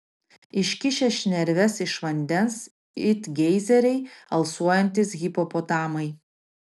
iškišę šnerves iš vandens it geizeriai alsuojantys hipopotamai